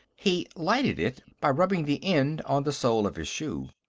he lighted it by rubbing the end on the sole of his shoe.